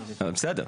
אבל בסדר.